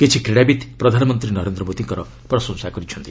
କିଛି କ୍ରୀଡ଼ାବିତ୍ ପ୍ରଧାନମନ୍ତ୍ରୀ ନରେନ୍ଦ୍ର ମୋଦିଙ୍କର ପ୍ରଶଂସା କରିଛନ୍ତି